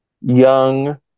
young